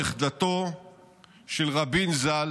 נכדתו של רבין ז"ל,